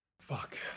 Fuck